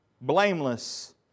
Blameless